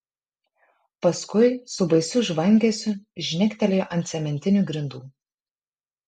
paskui su baisiu žvangesiu žnektelėjo ant cementinių grindų